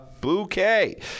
bouquet